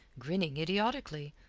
grinning idiotically,